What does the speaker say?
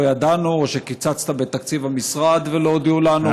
ידענו או שקיצצת בתקציב המשרד ולא הודיעו לנו,